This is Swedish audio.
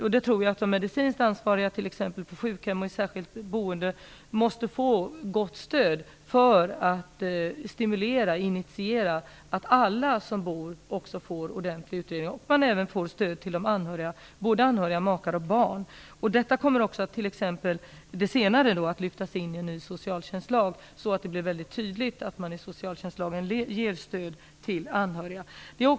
Jag tror att de medicinskt ansvariga t.ex. på sjukhem och inom särskilt boende måste få gott stöd för att stimulera till och initiera att alla boende får en ordentlig utredning. Även de anhöriga måste få stöd. Det gäller både anhöriga makar och barn. Det senare kommer att lyftas in i en ny socialtjänstlag så att det blir väldigt tydligt att socialtjänstlagen ger stöd till anhöriga. Fru talman!